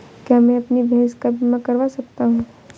क्या मैं अपनी भैंस का बीमा करवा सकता हूँ?